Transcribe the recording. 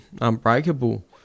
unbreakable